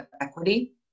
equity